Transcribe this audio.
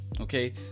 Okay